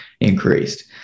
increased